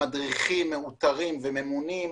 המדריכים מאותרים וממונים,